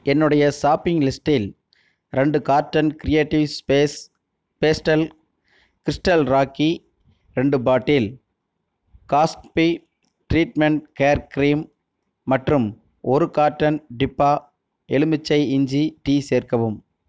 என்னுடைய ஷாப்பிங் லிஸ்ட்டில் ரெண்டு carton creative space pastel crystal rocky ரெண்டு bottle Gatsby treatment hair cream மற்றும் ஒரு கார்ட்டன் டிபா எலுமிச்சை இஞ்சி டீ சேர்க்கவும்